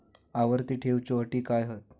आवर्ती ठेव च्यो अटी काय हत?